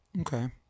Okay